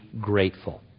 grateful